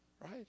Right